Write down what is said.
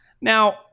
Now